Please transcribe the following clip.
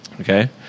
okay